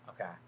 Okay